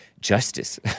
justice